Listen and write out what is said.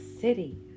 City